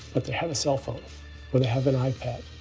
but they have a cell phone or they have an ipad.